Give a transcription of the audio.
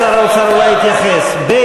שר האוצר אולי יתייחס, ב.